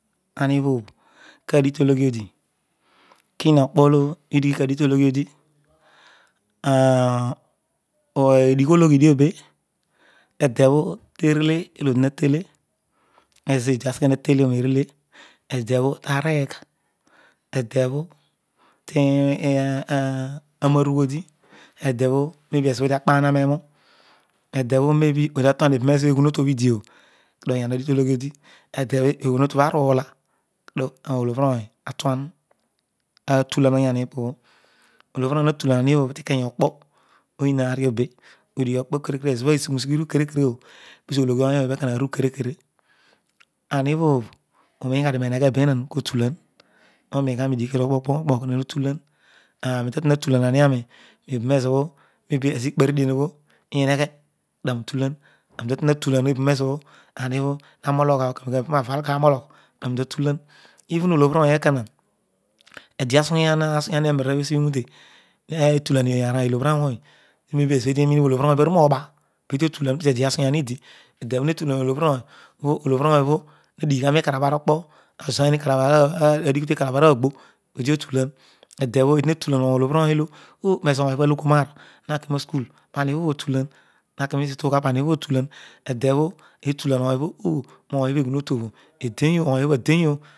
Awebhobh kadigh to loghiodi kiho kpoho adigh tologhodi edighologhi dio be edebho terele olo odi hatele ezo odi aseghe natehoor perele edebho taregh edebho edebho naybe ezor odi akoria n'ewu edebho reaybe di atuan ezo bho eqhun otuobho idiobho kedo oyarlobho adigh tologhodi eebho eghuhotuobho aruula kedio olobhuroy atuan atulan oyaii opobho vobhllony tatuleru areobhabh tikeya oko oyiaal np obe odighokpo kere kere ezobho aghisrgh ezira iru kere kere bho pezo ologhi ooy ooy obho wa wu kere kere, anobha bh uroiwn ghadio roeheghe behaan kotulan horein gha roidikake okpo kotulan, aaro, tatueni atulen ariani maybe eburnezobho ikparidien obho ihaghe kenoutulen amitatueni atulan paybe ezobho odi ha rooloh uyha bh kanen kanen aani hava nolo odi kanologh kani tatulani even olobtilony ekoha ediasughyyari eroarooy obho esibha iroute netulaa. ara llobhil awony roagbe ezobho eedi iroin iyha olobhin ooey obho arureoba pezo ede asughu yah obho eedi, edebho herulen olobhll ony po olo bhll ony obho hahighigha pikarabh okpo adigh tikaraja araagbo pedi otularn edebho eedi hetuham olobhi ohu olo oh ezo oory obho alogho paar hakines ituughaghe pa mobho otulan etebho tetulan ohy obho ony obiro eghun otuobho edein oh ony obho adern oh